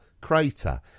crater